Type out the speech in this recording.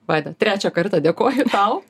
vaida trečią kartą dėkoju tau